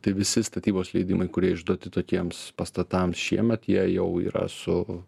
tai visi statybos leidimai kurie išduoti tokiems pastatams šiemet jie jau yra su